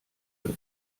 wird